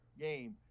game